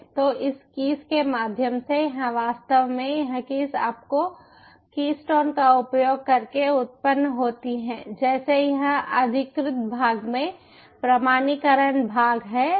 तो इस कीस के माध्यम से यह वास्तव में यह कीस आपके कीस्टोन का उपयोग करके उत्पन्न होती है जैसे यह अधिकृत भाग में प्रमाणीकरण भाग है